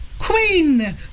Queen